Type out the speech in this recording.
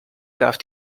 darf